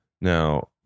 Now